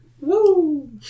Woo